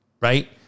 right